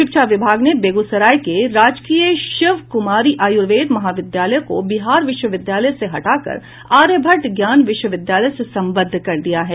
शिक्षा विभाग ने बेगूसराय के राजकीय शिव कुमारी आयुर्वेद महाविद्यालय को बिहार विश्वविद्यालय से हटा कर आर्यभट्ट ज्ञान विश्वविद्यालय से सम्बद्ध कर दिया है